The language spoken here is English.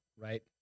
Right